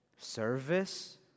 service